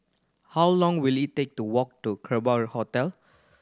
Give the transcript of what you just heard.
how long will it take to walk to Kerbau Hotel